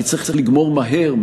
כי צריך לגמור מהר,